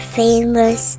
famous